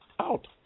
out